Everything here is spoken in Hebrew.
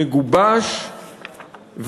מגובש,